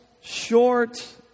short